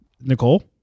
Nicole